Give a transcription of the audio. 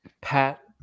Pat